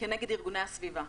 כנגד ארגוני הסביבה,